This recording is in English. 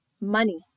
money